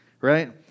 Right